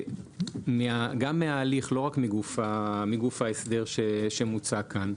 גם מההליך, לא רק מגוף ההסדר שמוצע כאן.